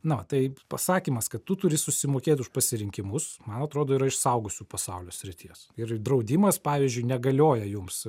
na va tai pasakymas kad tu turi susimokėt už pasirinkimus man atrodo ir iš suaugusių pasaulio srities ir draudimas pavyzdžiui negalioja jums